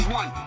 one